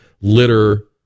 litter